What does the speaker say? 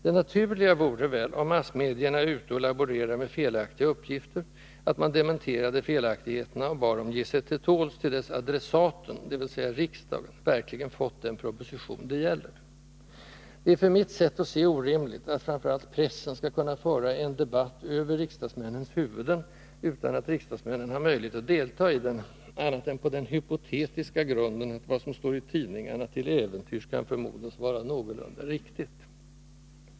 Det naturliga vore väl — om massmedierna är ute och laborerar med felaktiga uppgifter — att man dementerade felaktigheterna och bad massmedierna ge sig till tåls till dess adressaten, dvs. riksdagen, verkligen fått den proposition det gäller. Det är för mitt sätt att se orimligt att framför allt pressen skall kunna föra en debatt över riksdagsmännens huvuden utan att riksdagsmännen har möjlighet att delta i den annat än på den hypotetiska grunden att vad som står i tidningarna till äventyrs kan förmodas vara någorlunda riktigt.